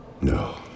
No